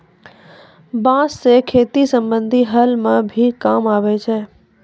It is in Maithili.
बांस सें खेती संबंधी हल म भी काम आवै छै